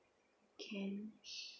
can